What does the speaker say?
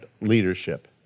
leadership